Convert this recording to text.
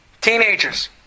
teenagers